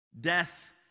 death